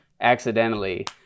accidentally